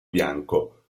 bianco